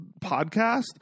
podcast